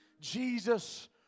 Jesus